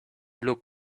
look